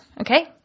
Okay